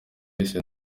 yise